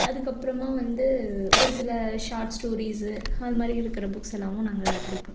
அதுக்கப்புறமா வந்து ஒரு சில ஷார்ட் ஸ்டோரீஸ் அதுமாதிரி இருக்கிற புக்ஸெல்லாமும் நாங்கள் படிப்போம்